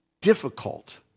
difficult